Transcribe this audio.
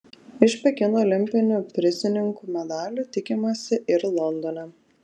iš pekino olimpinių prizininkų medalių tikimasi ir londone